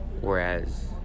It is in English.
Whereas